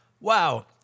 wow